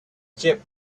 kept